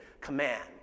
command